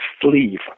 sleeve